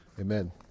Amen